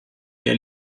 der